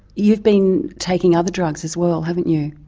you've been taking other drugs as well, haven't you.